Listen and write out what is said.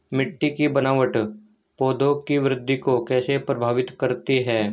मिट्टी की बनावट पौधों की वृद्धि को कैसे प्रभावित करती है?